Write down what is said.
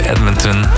Edmonton